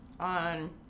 On